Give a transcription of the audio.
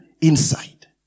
inside